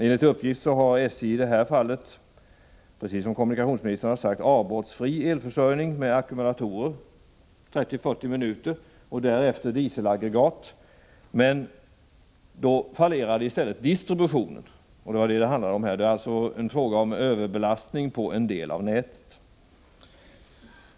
Enligt uppgift hade SJ i detta fall, precis som kommunikationsministern sade, avbrottsfri elförsörjning genom ackumulatorer under 30-40 minuter och därefter med dieselaggregat. Då fallerade emellertid distributionen — det var överbelastning på en del av nätet.